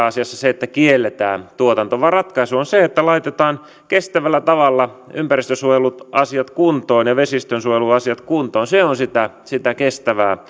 asiassa se että kielletään tuotanto vaan ratkaisu on se että laitetaan kestävällä tavalla ympäristönsuojeluasiat kuntoon ja vesistönsuojeluasiat kuntoon se on sitä sitä kestävää